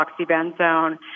oxybenzone